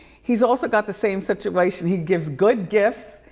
he's also got the same situation, he gives good gifts.